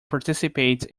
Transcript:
participates